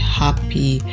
happy